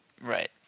Right